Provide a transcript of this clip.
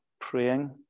praying